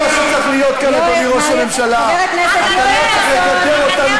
אצלך בלי הגדר שראש הממשלה, הגנה על מדינה